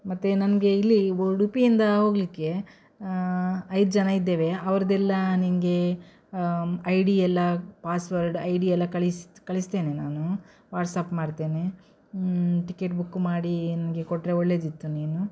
ಮತ್ತು ನಮಗೆ ಇಲ್ಲಿ ಉಡುಪಿಯಿಂದ ಹೋಗಲಿಕ್ಕೆ ಐದು ಜನ ಇದ್ದೇವೆ ಅವ್ರದ್ದೆಲ್ಲ ನಿನಗೆ ಐಡಿ ಎಲ್ಲ ಪಾಸ್ವರ್ಡ್ ಐಡಿ ಎಲ್ಲ ಕಳಿಸಿ ಕಳಿಸ್ತೇನೆ ನಾನು ವಾಟ್ಸಪ್ ಮಾಡ್ತೇನೆ ಟಿಕೆಟ್ ಬುಕ್ ಮಾಡಿ ನನಗೆ ಕೊಟ್ಟರೆ ಒಳ್ಳೆಯದಿತ್ತು ನೀನು